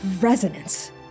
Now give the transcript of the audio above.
resonance